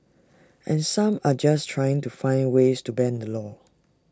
and some are just trying to find ways to bend the law